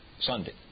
Sunday